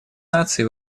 наций